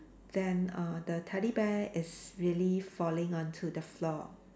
then uh the teddy bear is really falling onto the floor